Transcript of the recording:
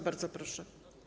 Bardzo proszę.